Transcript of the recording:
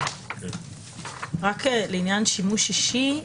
רק לעניין "לשימוש אישי",